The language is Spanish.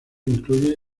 incluye